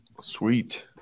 Sweet